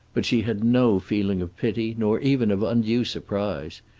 but she had no feeling of pity, nor even of undue surprise.